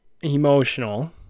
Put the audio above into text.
emotional